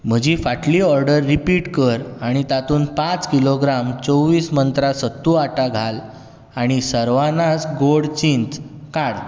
म्हजी फाटली order repeat कर आनी तातूंत पांच किलोग्राम चोवीस मंत्रा सत्तू घाल आनी सर्वानास गोड चींच काड